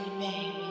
baby